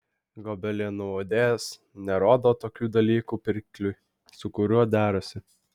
gobelenų audėjas nerodo tokių dalykų pirkliui su kuriuo derasi